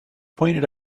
pointed